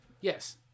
Yes